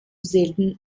selten